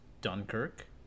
dunkirk